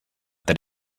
that